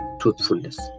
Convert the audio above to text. Truthfulness